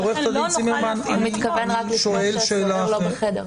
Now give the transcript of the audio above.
לכן לא נוכל --- הוא מתכוון רק בתנאי שהסוהר לא בחדר.